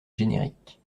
génériques